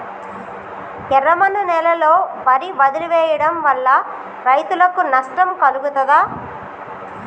ఎర్రమన్ను నేలలో వరి వదిలివేయడం వల్ల రైతులకు నష్టం కలుగుతదా?